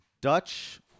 Dutch